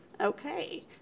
Okay